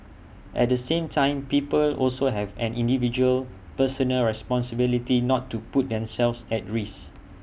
at the same time people also have an individual personal responsibility not to put themselves at risk